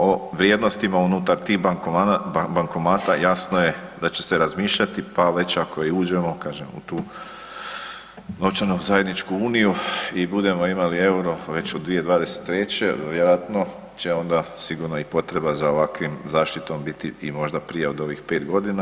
O vrijednostima unutar tih bankomata jasno je da će se razmišljati pa već ako i uđemo kažem u tu novčanu zajedničku uniju i budemo imali EUR-o već 2023. vjerojatno će onda sigurno i potreba za ovakvom zaštitom biti i možda prije od ovih 5 godina.